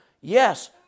Yes